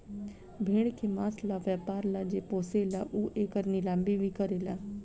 भेड़ के मांस ला व्यापर ला जे पोसेला उ एकर नीलामी भी करेला